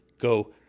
go